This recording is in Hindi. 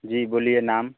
जी बोलिए नाम